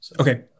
Okay